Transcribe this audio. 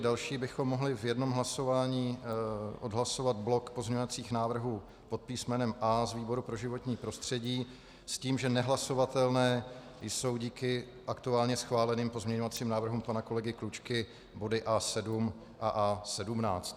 Další bychom mohli v jednom hlasování odhlasovat blok pozměňovacích návrhů pod písmenem A z výboru pro životní prostředí s tím, že nehlasovatelné jsou díky aktuálně schváleným pozměňovacím návrhům pana kolegy Klučky body A7 a A17.